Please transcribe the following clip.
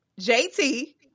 JT